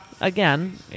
Again